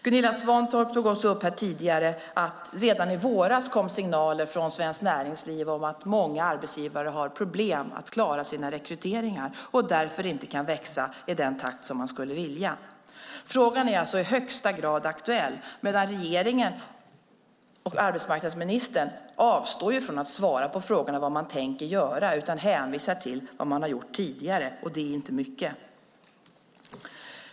Gunilla Svantorp tog tidigare upp att det redan i våras kom signaler från svenskt näringsliv om att många arbetsgivare har problem att klara sina rekryteringar och därför inte kan växa i den takt som de skulle vilja. Frågan är alltså i högsta grad aktuell. Men regeringen och arbetsmarknadsministern avstår från att svara på frågan om vad man tänker göra utan hänvisar till vad man har gjort tidigare, och det är inte mycket.